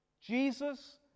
Jesus